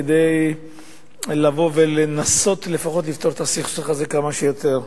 כדי לבוא ולנסות לפחות לפתור את הסכסוך הזה ככל האפשר.